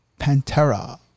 Pantera